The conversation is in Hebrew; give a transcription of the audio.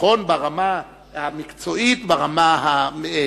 נכון, ברמה המקצועית, ברמה המסחרית,